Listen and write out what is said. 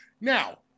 Now